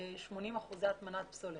80 אחוזי הטמנת פסולת.